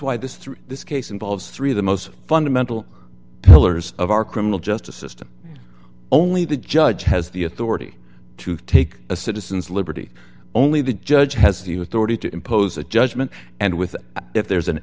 through this case involves three of the most fundamental pillars of our criminal justice system only the judge has the authority to take a citizen's liberty only the judge has you authority to impose a judgment and with if there's an